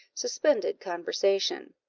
suspended conversation.